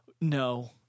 no